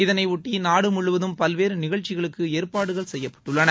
இதனையொட்டி நாடு முழுவதும் பல்வேறு நிகழ்ச்சிகளுக்கு ஏற்பாடுகள் செய்யப்பட்டுள்ளன